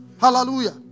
Hallelujah